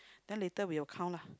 then later we'll count lah